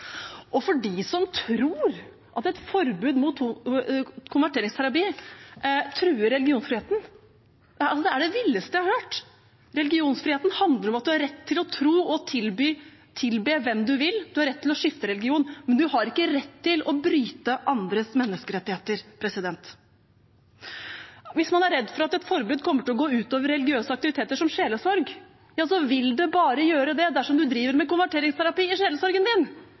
ikke greit. De som tror at et forbud mot konverteringsterapi truer religionsfriheten – det er det villeste jeg har hørt. Religionsfriheten handler om at en har rett til å tro og tilbe hvem en vil. En har rett til å skifte religion, men en har ikke rett til å bryte andres menneskerettigheter. Hvis man er redd for at et forbud kommer til å gå ut over religiøse aktiviteter som sjelesorg, vil det bare gjøre det dersom man driver med konverteringsterapi i sjelesorgen